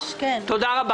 הישיבה נעולה.